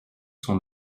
son